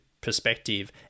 perspective